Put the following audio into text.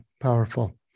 Powerful